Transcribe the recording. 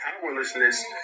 powerlessness